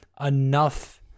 enough